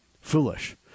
foolish